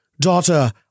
daughter